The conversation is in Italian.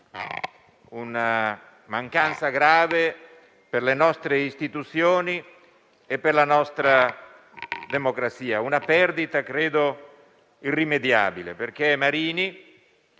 una mancanza grave per le nostre istituzioni e per la nostra democrazia, una perdita credo irrimediabile perché Franco